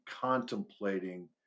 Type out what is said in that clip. contemplating